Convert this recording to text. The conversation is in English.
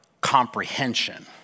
comprehension